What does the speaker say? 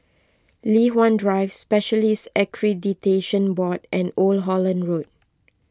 Li Hwan Drive Specialists Accreditation Board and Old Holland Road